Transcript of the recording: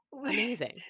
Amazing